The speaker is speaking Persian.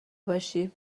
باشی